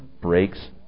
breaks